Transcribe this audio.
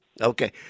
Okay